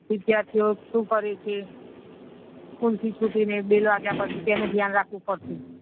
વિદ્યાર્થીઓ શું કરે છે સ્કૂલથી છૂટીને બેલ વાગ્યા પછી તેનું ધ્યાન રાખવું પડશે